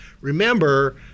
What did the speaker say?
remember